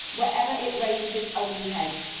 wherever it raises its ugly head.